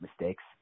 mistakes